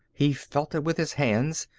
he felt it with his hands,